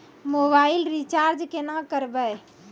Mobile recharge केना करबै?